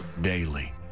daily